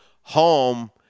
home